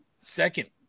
second